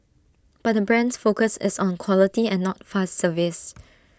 but brand's focus is on quality and not fast service